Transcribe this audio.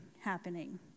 happening